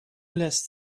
lässt